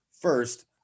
First